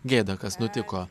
gėda kas nutiko